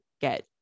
get